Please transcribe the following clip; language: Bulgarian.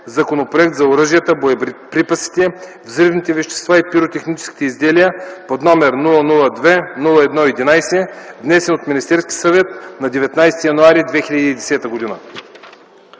Законопроект за оръжията, боеприпасите, взривните вещества и пиротехническите изделия, № 002-01-11, внесен от Министерския съвет на 19 януари 2010 г.”